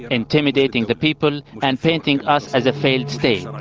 intimidating the people, and painting us as a failed state. um and